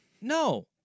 no